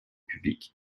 publics